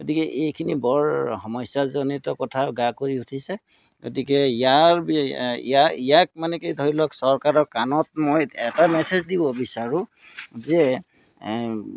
গতিকে এইখিনি বৰ সমস্যাজনিত কথা গা কৰি উঠিছে গতিকে ইয়াৰ ইয়াক মানে কি ধৰি লওক চৰকাৰৰ কাণত মই এটা মেছেজ দিব বিচাৰোঁ যে